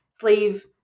sleeve